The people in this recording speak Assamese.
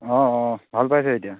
অঁ অঁ ভাল পাইছে এতিয়া